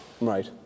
Right